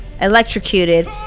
electrocuted